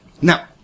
now